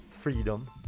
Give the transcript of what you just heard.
freedom